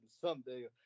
someday